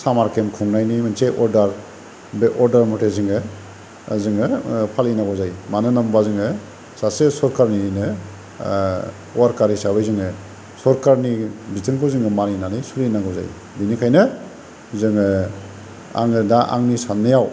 सामार केम्प खुंनायनि मोनसे अर्डार बे अर्डार मतै जोङो जोङो फालिनांगौ जायो मानो होम्बा जोङो सासे सरकारनिनो वार्कार हिसाबै जोङो सरकारनि बिथोनखौ जोङो मानिनानै सलिनांगौ जायो बेनिखायनो जोङो आङो दा आंनि साननायाव